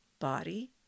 body